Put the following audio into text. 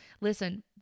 Listen